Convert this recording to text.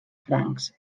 francs